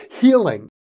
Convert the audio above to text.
healing